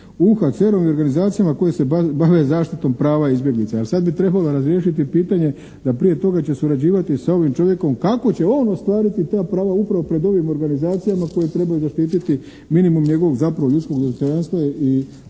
UHCR-om i organizacija koje se bave zaštitom prava i izbjeglica. Sad bi trebalo razriješiti pitanje da prije toga će surađivati sa ovim čovjekom kako će on ostvariti ta prava upravo pred ovim organizacijama koje trebaju zaštititi minimum njegovog zapravo ljudskog dostojanstva i